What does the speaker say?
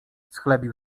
schlebił